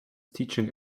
teaching